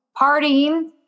partying